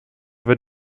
wird